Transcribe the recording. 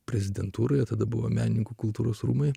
prezidentūroje tada buvo menininkų kultūros rūmai